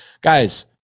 guys